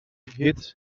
hit